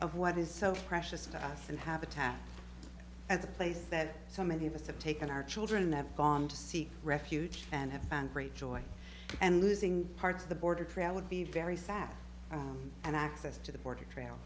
of what is so precious to us and habitat at the place that so many of us have taken our children have gone to seek refuge and have found great joy and losing parts of the border trailered be very sad and access to the border trail